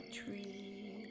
tree